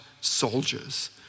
soldiers